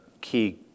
key